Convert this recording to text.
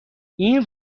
این